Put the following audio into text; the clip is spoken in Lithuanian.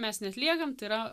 mes neatliekam tai yra